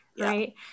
right